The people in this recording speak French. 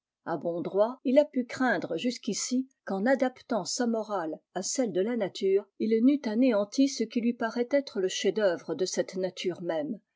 a bon droit il a pu craindre jusqu'ici qu en adaptant sa morale à celle de la nature il n'eût anéanti ce qui lui paraît être le chefd'œuvre de cette nature même